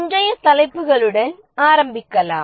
இன்றைய தலைப்புகளுடன் ஆரம்பிக்கலாம்